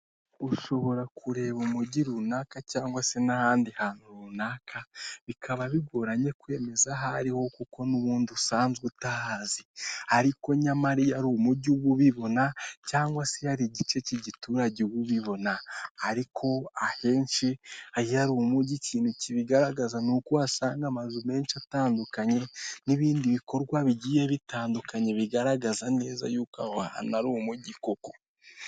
Ushobora kureba umujyi runaka cyangwa se n'ahandi hantu runaka, bikaba bigoranye kwemeza aho ariho kuko n'ubundi usanzwe utahazi. Ariko nyamara iyo ari umujyi uba ubibona, cyangwa se hari igice cy'igiturage ubibona. Ariko ahenshi iyo hari umujyi ikintu kibigaragaza, ni uko wasanga'amazu menshi atandukanye, n'ibindi bikorwa bigiye bitandukanye, bigaragaza neza yuko ana umujyi koko.